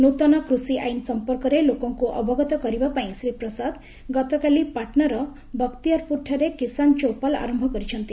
ନୃତନ କୃଷି ଆଇନ୍ ସମ୍ପର୍କରେ ଲୋକଙ୍କୁ ଅବଗତ କରିବା ପାଇଁ ଶ୍ରୀ ପ୍ରସାଦ ଗତକାଲି ପାଟନାର ବଖତିଆରପୁରଠାରେ କିସାନ୍ ଚୌପାଲ୍ ଆରମ୍ଭ କରିଛନ୍ତି